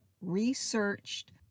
researched